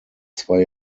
zwei